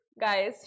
Guys